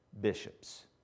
bishops